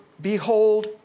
behold